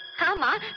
grandma,